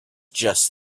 just